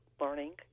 learning